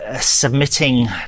submitting